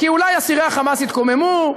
כי אולי אסירי ה"חמאס" יתקוממו,